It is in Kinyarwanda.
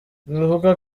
bivugwa